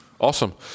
awesome